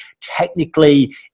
Technically